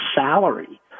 salary